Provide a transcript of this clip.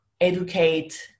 educate